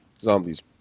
Zombies